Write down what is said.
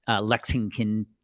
lexington